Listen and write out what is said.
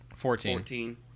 Fourteen